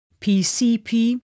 PCP